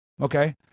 okay